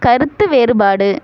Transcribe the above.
கருத்து வேறுபாடு